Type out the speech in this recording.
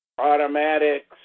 automatics